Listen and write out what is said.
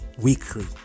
weekly